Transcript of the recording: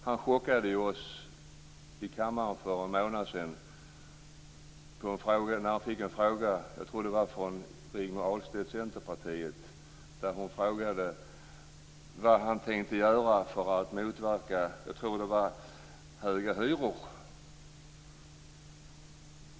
Han chockade ju oss i kammaren för en månad sedan. Då fick han en fråga från, tror jag, Rigmor Ahlstedt i Centerpartiet. Jag tror att hon frågade vad han tänkte göra för att motverka höga hyror.